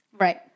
Right